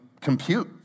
compute